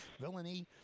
Villainy